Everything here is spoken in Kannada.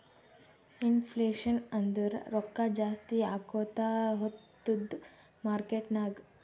ಇನ್ಫ್ಲೇಷನ್ ಅಂದುರ್ ರೊಕ್ಕಾ ಜಾಸ್ತಿ ಆಕೋತಾ ಹೊತ್ತುದ್ ಮಾರ್ಕೆಟ್ ನಾಗ್